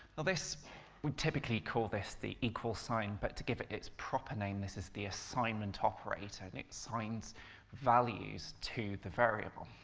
we typically call this the equals sign but to give it its proper name, this is the assignment operator, and it assigns values to the variable.